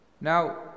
Now